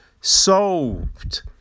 Solved